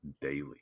daily